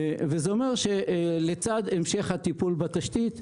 זה אומר שלצד המשך הטיפול בתשתית,